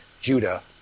Judah